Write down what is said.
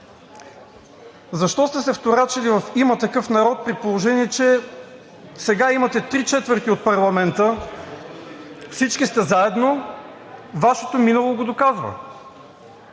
Защо сте се вторачили в „Има такъв народ“, при положение че сега имате три четвърти от парламента, всички сте заедно. Вашето минало го доказва.